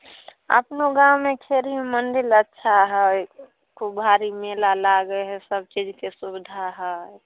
अपनो गाममे खेरी मन्दिर अच्छा हइ खूब भारी मेला लागै हइ सबचीजके सुविधा हइ